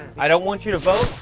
i don't want you to vote.